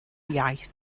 iaith